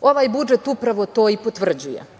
Ovaj budžet upravo to i potvrđuje,